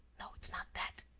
no, it's not that,